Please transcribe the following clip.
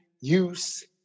use